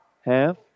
half